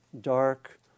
dark